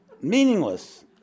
Meaningless